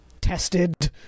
tested